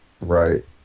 Right